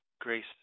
grace